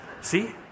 See